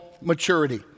maturity